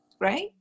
right